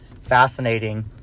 fascinating